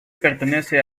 pertenece